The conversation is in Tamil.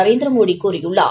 நரேந்திர மோடி கூறியுள்ளார்